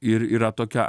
ir yra tokia